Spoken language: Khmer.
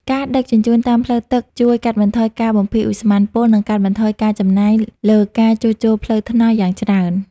ការដឹកជញ្ជូនតាមផ្លូវទឹកជួយកាត់បន្ថយការបំភាយឧស្ម័នពុល និងកាត់បន្ថយការចំណាយលើការជួសជុលផ្លូវថ្នល់យ៉ាងច្រើន។